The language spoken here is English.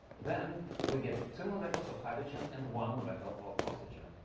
than we get two molecules of hydrogen and one molecule of oxygen.